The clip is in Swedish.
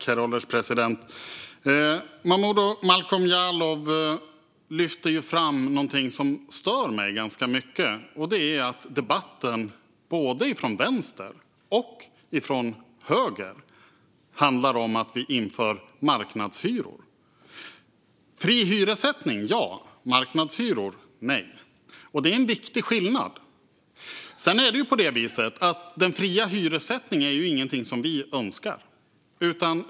Herr ålderspresident! Momodou Malcolm Jallow lyfter fram något som stör mig ganska mycket. Det är att debatten både från vänster och från höger handlar om att vi inför marknadshyror. Fri hyressättning - ja! Marknadshyror - nej! Det är en viktig skillnad. Den fria hyressättningen är ingenting som vi önskar.